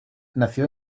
nació